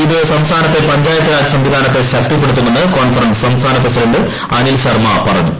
ഇത് സംസ്ഥാനത്തെ പഞ്ചായത്ത് രാജ് സംവിധാനത്തെ ശക്തിപ്പെടുത്തുമെന്ന് കോൺഫറൻസ് സംസ്ഥാന പ്രസിഡന്റ് അനിൽ ശർമ പറഞ്ഞു